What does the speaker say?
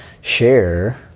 share